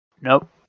Nope